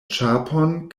ĉapon